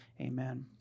Amen